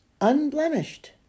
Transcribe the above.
unblemished